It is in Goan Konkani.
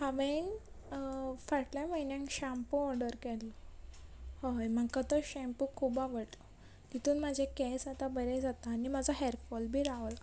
हांवें फाटल्या म्हयन्याक शॅम्पू ऑर्डर केल्लो हय म्हाका तो शेंपू खूब आवडलो तितून म्हजे केंस आतां बरें जाता आनी म्हजो हेरफोल बी रावला